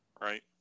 Right